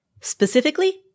Specifically